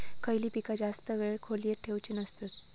खयली पीका जास्त वेळ खोल्येत ठेवूचे नसतत?